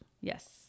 Yes